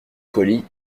colis